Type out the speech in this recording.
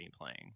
playing